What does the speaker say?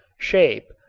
shape,